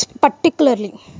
particularly